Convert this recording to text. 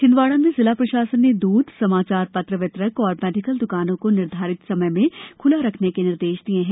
छिंदवाड़ा में जिला प्रशासन ने दूध समाचार पत्र वितरक और मेडीकल दुकानों को निर्धारित समय में खुला रखने के निर्देश दिये हैं